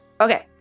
okay